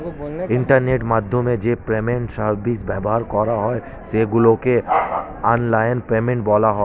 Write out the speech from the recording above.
ইন্টারনেটের মাধ্যমে যে পেমেন্ট সার্ভিস ব্যবহার করা হয় সেগুলোকে অনলাইন পেমেন্ট বলা হয়